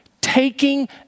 taking